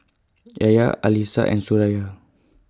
Yahya Alyssa and Suraya